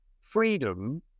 freedom